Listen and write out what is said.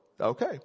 okay